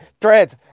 threads